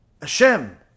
hashem